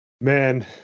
Man